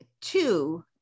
two